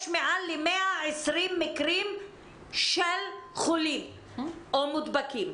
יש מעל 120 מקרים של חולים או מודבקים.